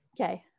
Okay